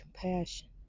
compassion